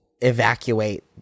evacuate